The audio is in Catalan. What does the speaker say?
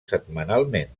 setmanalment